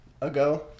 ago